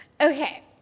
Okay